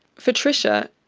for tricia,